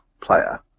player